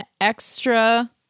extra